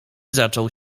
zaczął